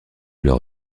leur